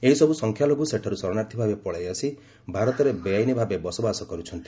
ଏହିସବୁ ସଂଖ୍ୟାଲଘୁ ସେଠାରୁ ଶରଣାର୍ଥୀ ଭାବେ ପଳାଇ ଆସି ଭାରତରେ ବେଆଇନ ଭାବେ ବସବାସ କର୍ରଛନ୍ତି